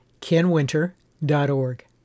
kenwinter.org